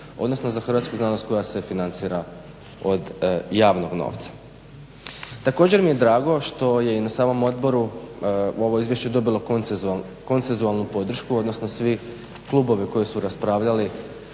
odnosno za hrvatsku znanost koja se financira od javnog novca. Također mi je drago što je i na samom odboru ovo izvješće dobilo konsenzualnu podršku, odnosno svi klubovi koji su raspravljali